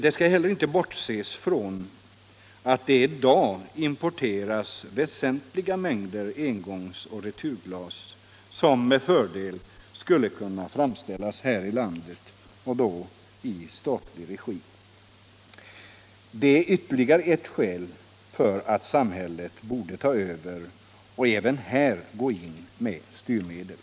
Det skall heller inte bortses från att det = i dag importeras väsentliga mängder engångsoch returglas som med Om åtgärder för att fördel skulle kunna framställas här i landet och då i statlig regi. Det = säkerställa driften är ytterligare ett skäl för att samhället borde ta över och även här gå vid Surte, Hamin med styrmedel.